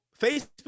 Facebook